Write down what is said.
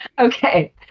okay